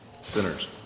sinners